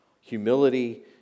humility